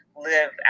live